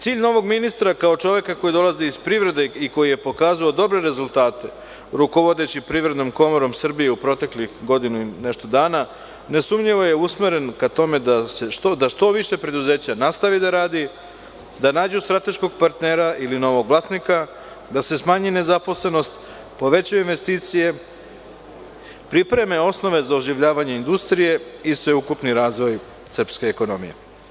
Cilj novog ministra kao čoveka koji dolazi iz privrede i koji je pokazao dobre rezultate rukovodeći Privrednom komorom Srbije u proteklih godinu i nešto dana nesumnjivo je usmeren ka tome da što više preduzeća nastavi da radi, da nađu strateškog partnera ili novog vlasnika, da se smanji nezaposlenost, povećaju investicije, pripreme osnove za oživljavanje industrije i sveukupni razvoj srpske ekonomije.